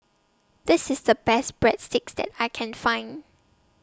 This IS The Best Breadsticks that I Can Find